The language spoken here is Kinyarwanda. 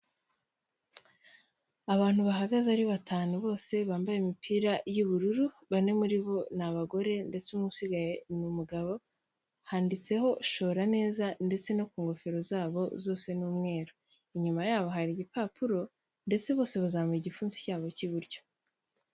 Abantu bahagaze ari batanu bose bambaye imipira y'ubururu, bane muri bo ni abagore ndetse umwe usigaye ni umugabo, handitseho shora neza ndetse no ku ngofero zabo zose n'umweru. Inyuma yabo hari igipapuro ndetse bose bazamuye igipfunsi cyabo cy'iburyo.